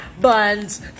buns